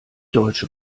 deutsche